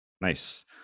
Nice